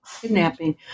kidnapping